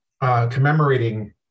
commemorating